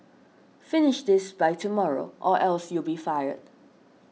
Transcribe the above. finish this by tomorrow or else you'll be fired